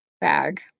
bag